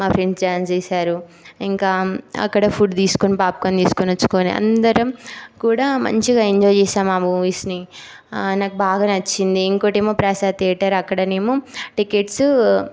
మా friends dance చేశారు ఇంకా అక్కడ ఫుడ్ తీసుకుని పాప్కార్న్ తీసుకుని వచ్చుకుని అందరూ కూడా మంచిగ ఎంజాయ్ చేసాం ఆ మూవీస్ని నాకు బాగా నచ్చింది ఇంకోటేమో ప్రసాద్ థియేటర్ అక్కడేమో టికెట్స్